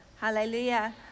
Hallelujah